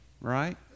right